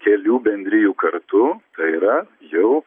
kelių bendrijų kartu tai yra jau